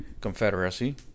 Confederacy